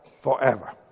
forever